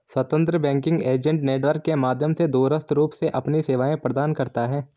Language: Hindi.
स्वतंत्र बैंकिंग एजेंट नेटवर्क के माध्यम से दूरस्थ रूप से अपनी सेवाएं प्रदान करता है